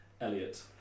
Elliot